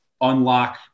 unlock